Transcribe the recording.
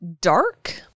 dark